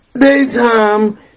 daytime